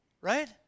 right